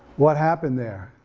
what happened there?